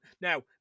Now